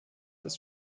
ist